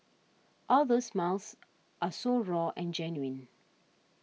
all those smiles are so raw and genuine